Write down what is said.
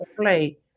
play